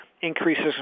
increases